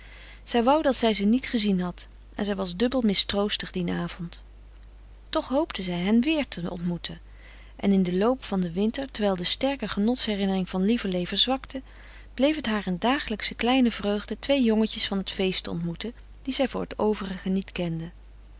zij wou dat zij ze niet gezien had en zij was dubbel mistroostig dien avond toch hoopte zij hen weer te ontmoeten en in den loop van den winter terwijl de sterke genots herinnering van lieverlee verzwakte bleef het haar een dagelijksche kleine vreugde twee jongetjes van het feest te ontmoeten die zij voor het overige niet kende